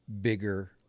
bigger